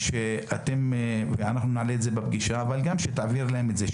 אנחנו נעלה את זה בפגישה אבל אני מבקש גם שתעבירי להם את זה,